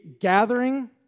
gathering